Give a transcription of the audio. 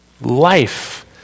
Life